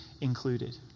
included